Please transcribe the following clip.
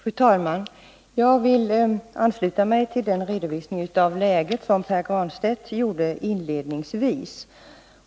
Fru talman! Jag vill ansluta mig till den redovisning av läget som Pär Granstedt gjorde inledningsvis.